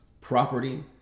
property